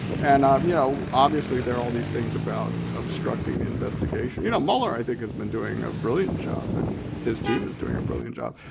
and um you know obviously there are all these things about obstructing the investigation. you know mueller i think has been doing a brilliant job and his team is doing a brilliant job.